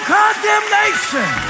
condemnation